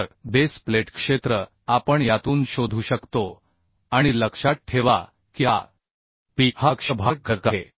तर base plate क्षेत्र आपण यातून शोधू शकतो आणि लक्षात ठेवा की हाp हा अक्षीय भार घटक आहे